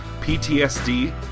PTSD